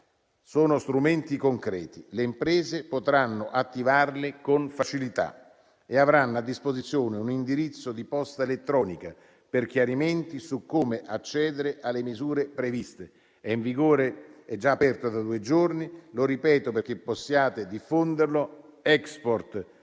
Sono strumenti concreti che le imprese potranno attivare con facilità. Esse avranno inoltre a disposizione un indirizzo di posta elettronica per chiarimenti su come accedere alle misure previste. È già aperto da due giorni e lo ripeto perché possiate diffonderlo: